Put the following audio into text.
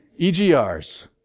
EGRs